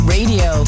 Radio